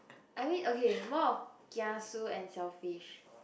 I mean okay more of kiasu and selfish